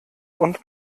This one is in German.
und